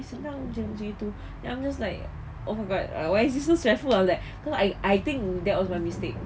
senang jer macam gitu then I'm just like oh my god why is this so stressful I was like cause I think that was my mistake